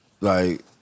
like-